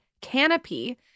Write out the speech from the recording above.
Canopy